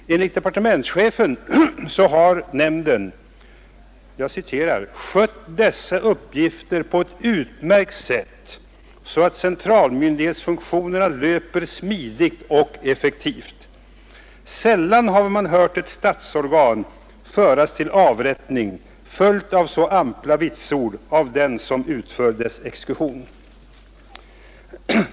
Enligt departementschefen har nämnden skött dessa uppgifter på ett utmärkt sätt så att centralmyndighetsfunktionerna löper smidigt och effektivt. Sällan har man hört ett statsorgan föras till avrättning följt av så ampla vitsord av den som utför dess exekution.